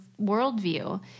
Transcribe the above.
worldview